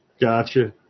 Gotcha